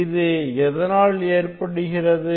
இது எதனால் ஏற்படுகிறது